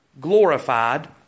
glorified